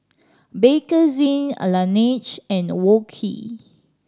Bakerzin Laneige and Wok Hey